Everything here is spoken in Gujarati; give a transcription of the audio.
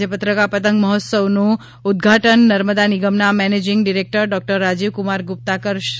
આજે પત્રકા પતંગ મહોત્સવનું ઉદઘાટન નર્મદા નિગમના managing director Dr Rajiv Kumar Gupta કરશે